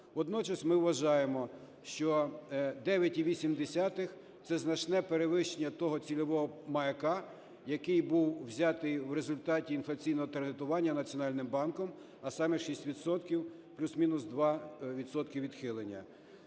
Водночас ми вважаємо, що 9,8 – це значне перевищення того цільового маяка, який був взятий в результаті інфляційного кредитування Національним банком, а саме: 6 відсотків плюс-мінус 2 відсотки